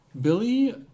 Billy